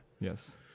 Yes